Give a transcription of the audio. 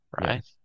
right